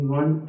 one